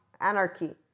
Anarchy